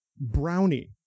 brownie